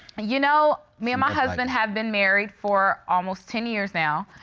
and you know, me and my husband have been married for almost ten years now,